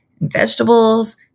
vegetables